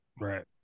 Right